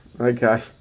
okay